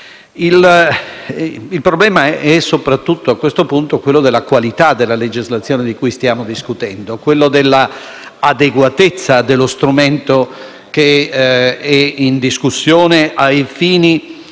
Il problema a questo punto è la qualità della legislazione di cui stiamo discutendo, dell'adeguatezza dello strumento che è in discussione ai fini